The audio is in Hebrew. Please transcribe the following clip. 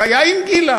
חיי עם גילה.